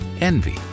envy